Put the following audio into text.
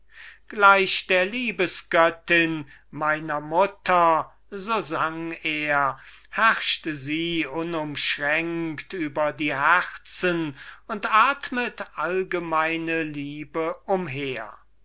gleich der liebesgöttin meiner mutter sang er herrscht sie unumschränkt über die herzen und haucht allgemeine liebe umher